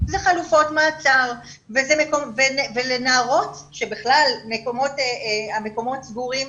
זה חלופות מעצר ולנערות שבכלל המקומות סגורים,